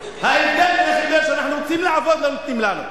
ההבדל, שאנחנו רוצים לעבוד ולא נותנים לנו.